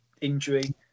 injury